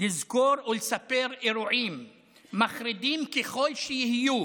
לזכור ולספר אירועים מחרידים ככל שיהיו,